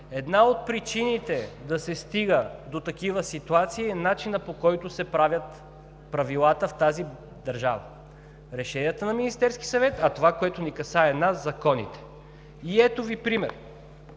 Една от причините да се стига до такива ситуации е начинът, по който се правят правилата в тази държава – решенията на Министерския съвет, а това, което ни касае нас – законите. И ето Ви пример.